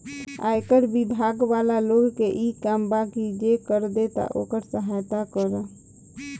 आयकर बिभाग वाला लोग के इ काम बा की जे कर देता ओकर सहायता करऽ